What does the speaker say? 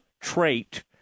trait